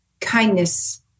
kindness